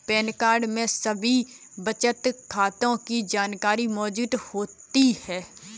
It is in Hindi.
पैन कार्ड में सभी बचत खातों की जानकारी मौजूद होती है